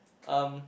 um